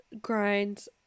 grinds